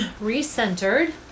re-centered